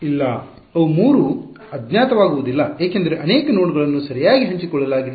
ಇಲ್ಲ ಅವು 3 ಅಜ್ಞಾತ ವಾಗುವುದಿಲ್ಲ ಏಕೆಂದರೆ ಅನೇಕ ನೋಡ್ಗಳನ್ನು ಸರಿಯಾಗಿ ಹಂಚಿಕೊಳ್ಳಲಾಗಿದೆ